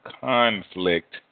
conflict